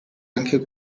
anche